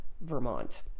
vermont